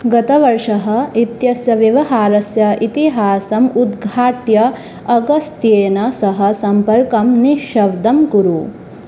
गतवर्षः इत्यस्य व्यवहारस्य इतिहासम् उद्घाट्य अगस्त्येन सह सम्पर्कं निश्शब्दं कुरु